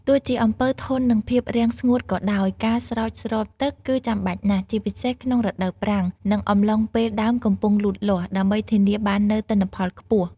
ទោះជាអំពៅធន់នឹងភាពរាំងស្ងួតក៏ដោយ ការស្រោចស្រពទឹកគឺចាំបាច់ណាស់ ជាពិសេសក្នុងរដូវប្រាំង និងអំឡុងពេលដើមកំពុងលូតលាស់ ដើម្បីធានាបាននូវទិន្នផលខ្ពស់។